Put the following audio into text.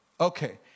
Okay